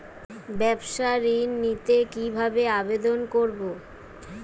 ব্যাবসা ঋণ নিতে কিভাবে আবেদন করব?